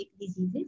diseases